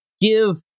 give